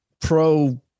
pro